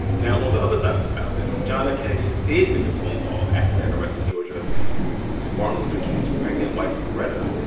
now, the other side of the ballot, john f. kennedy did make a phone call after that arrest in georgia to martin luther king's pregnant wife, coretta.